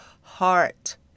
heart